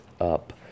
up